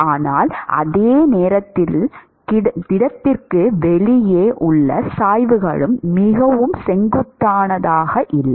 ஆனால் அதே நேரத்தில் திடத்திற்கு வெளியே உள்ள சாய்வுகளும் மிகவும் செங்குத்தானதாக இல்லை